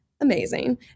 amazing